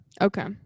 Okay